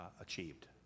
achieved